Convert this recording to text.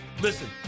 Listen